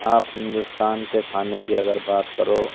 آپ ہندوستان کے کھانے کی اگر بات کرو